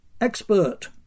expert